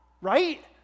Right